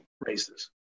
races